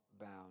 bound